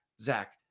Zach